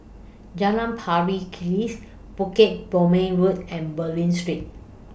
Jalan Pari Kikis Bukit Purmei Road and Bulim Street